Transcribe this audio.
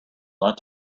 lot